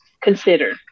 consider